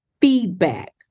feedback